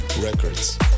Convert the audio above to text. Records